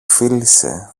φίλησε